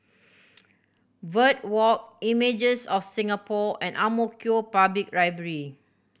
Verde Walk Images of Singapore and Ang Mo Kio Public Library